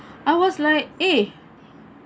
I was like eh